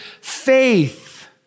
faith